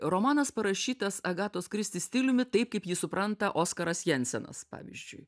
romanas parašytas agatos kristi stiliumi taip kaip jį supranta oskaras jensenas pavyzdžiui